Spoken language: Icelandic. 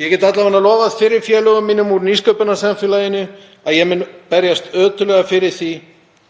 Ég get alla vega lofað fyrrum félögum mínum úr nýsköpunarsamfélaginu að ég mun berjast ötullega fyrir því